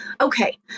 Okay